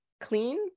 clean